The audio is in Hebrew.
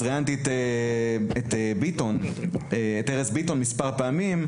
ראיינתי את ארז ביטון מספר פעמים.